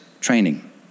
training